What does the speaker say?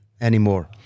anymore